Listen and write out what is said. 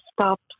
stop